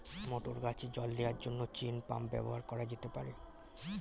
মটর গাছে জল দেওয়ার জন্য চেইন পাম্প ব্যবহার করা যেতে পার?